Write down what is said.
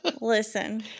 listen